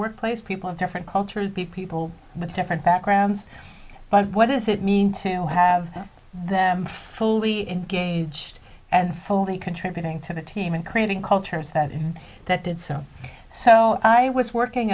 workplace people of different cultures be people with different backgrounds but what does it mean to have them fully engaged and fully contributing to the team and creating cultures that in that did so so i was working